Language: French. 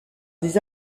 des